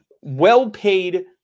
well-paid